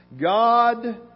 God